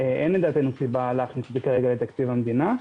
אין לדעתנו סיבה להכניס את זה כרגע לתקציב המדינה.